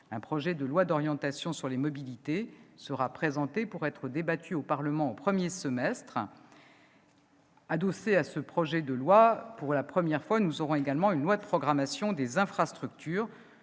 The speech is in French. Un projet de loi d'orientation sur les mobilités sera présenté pour être débattu au Parlement au premier semestre de 2018. Pour la première fois, un projet de loi de programmation des infrastructures